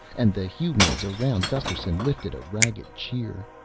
and the humans around gusterson lifted a ragged cheer.